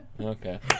okay